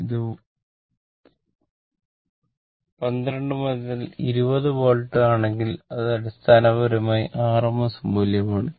ഇത് 12 മുതൽ 20 വോൾട്ട് ആണെങ്കിൽ അത് അടിസ്ഥാനപരമായി RMS മൂല്യം ആണ്